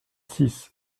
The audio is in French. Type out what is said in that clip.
six